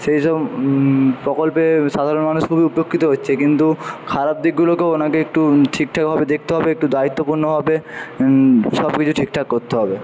সেইসব প্রকল্পে সাধারণ মানুষ খুবই উপকৃত হচ্ছে কিন্তু খারাপ দিকগুলোকেও ওঁকে একটু ঠিকঠাকভাবে দেখতে হবে একটু দায়িত্বপূর্ণভাবে সবকিছু ঠিকঠাক করতে হবে